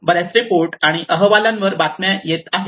बर्याच रिपोर्ट आणि अहवालांवर बातम्या येत आहेत